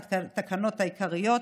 התקנות העיקריות),